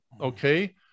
Okay